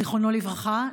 זיכרונו לברכה,